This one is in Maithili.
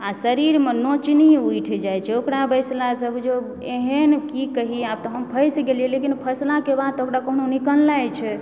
आ शरीरमे नोचनी उठि जाइत छै ओकरा बैसलासँ बुझु एहन की कही आब तऽ हम फँसि गेलीये लेकिन फँसलाके बाद ओकरा कहुना निकलनाइ छै